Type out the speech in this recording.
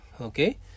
okay